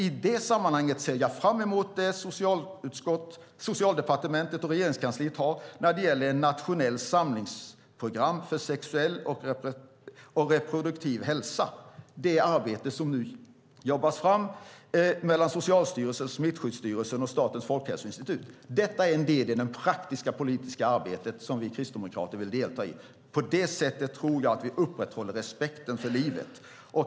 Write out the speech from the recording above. I det sammanhanget ser jag fram emot det som Socialdepartementet och Regeringskansliet har när det gäller ett nationellt samlingsprogram för sexuell och reproduktiv hälsa. Det arbetet jobbas nu fram i ett samarbete mellan Socialstyrelsen, Smittskyddsstyrelsen och Statens folkhälsoinstitut. Detta är en del av det praktiska, politiska arbete som vi kristdemokrater vill delta i. På det sättet tror jag att vi upprätthåller respekten för livet.